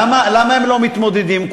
למה הם לא מתמודדים?